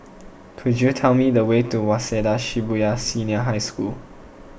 could you tell me the way to Waseda Shibuya Senior High School